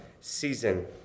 season